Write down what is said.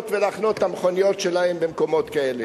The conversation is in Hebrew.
ולהחנות את המכוניות שלהם במקומות כאלה?